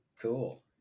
cool